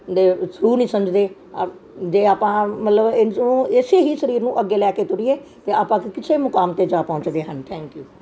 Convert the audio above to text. ਦੇ ਥਰੂ ਨੀ ਸਮਝਦੇ ਜੇ ਆਪਾਂ ਮਤਲਬ ਉਹ ਇਸੇ ਹੀ ਸਰੀਰ ਨੂੰ ਅੱਗੇ ਲੈ ਕੇ ਤੁਰੀਏ ਤੇ ਆਪਾਂ ਕਿਸੇ ਮੁਕਾਮ ਤੇ ਜਾ ਪਹੁੰਚਦੇ ਹਨ ਥੈਂਕਯੂ